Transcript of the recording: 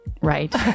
right